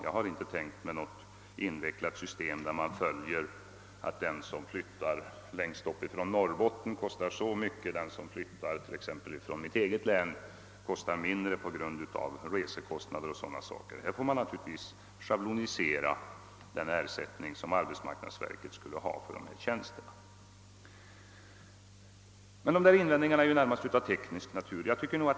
Jag har inte tänkt mig något invecklat system där man skulle räkna så, att den som flyttar från Norrbotten kostar så och så mycket, medan den som flyttar exempelvis från mitt eget län kostar mindre på grund av att resekostnaderna blir lägre o.d. Man finge naturligtvis schablonisera den ersättning som arbetsmarknadsverket skulle ha för dessa tjänster. Men dessa invändningar är ju närmast av teknisk natur.